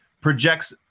projects